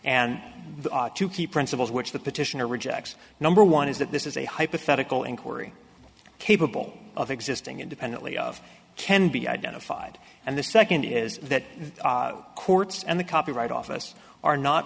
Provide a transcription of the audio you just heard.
and the two key principles which the petitioner rejects number one is that this is a hypothetical inquiry capable of existing independently of can be identified and the second is that the courts and the copyright office are not